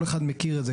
כל אחד מכיר את זה,